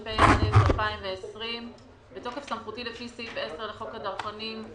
התשפ"א-2020 "בתוקף סמכותי לפי סעיף 10 לחוק הדרכונים,